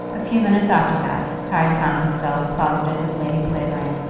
a few minutes after that harry found himself closeted with lady clavering,